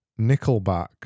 Nickelback